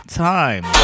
time